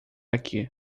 aqui